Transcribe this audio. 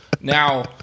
Now